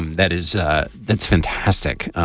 that is that's fantastic.